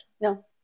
no